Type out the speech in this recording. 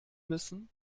müssen